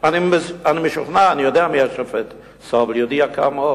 אני לא יכולה להגיד לך את זה ולהתחייב על כך,